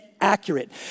Accurate